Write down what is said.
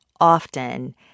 often